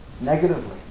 negatively